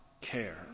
care